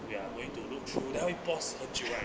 we are going to look through the reports 很久 right